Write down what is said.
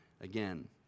again